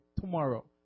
tomorrow